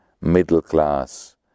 middle-class